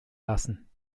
lassen